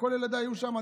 כל ילדיי היו שם.